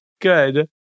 Good